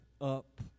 up